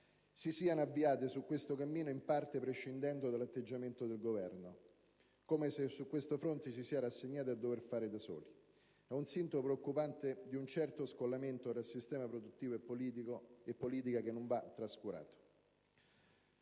si siano avviate su questo cammino in parte prescindendo dall'atteggiamento del Governo, come se su questo fronte ci si sia rassegnati a dover fare da soli. È un sintomo preoccupante di un certo scollamento tra sistema produttivo e politica, che non va trascurato.